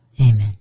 Amen